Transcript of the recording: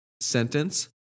sentence